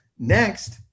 Next